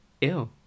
ew